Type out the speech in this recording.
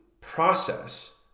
process